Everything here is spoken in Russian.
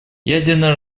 ядерное